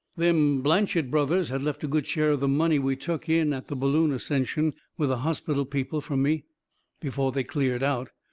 them blanchet brothers had left a good share of the money we took in at the balloon ascension with the hospital people fur me before they cleared out.